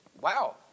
Wow